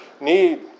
need